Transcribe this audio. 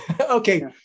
Okay